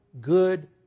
good